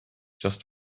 just